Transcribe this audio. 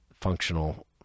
functional